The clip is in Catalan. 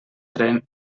tren